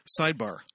Sidebar